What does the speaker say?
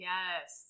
Yes